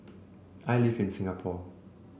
I live in Singapore